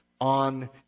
on